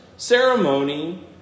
ceremony